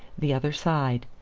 the other side.